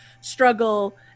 struggle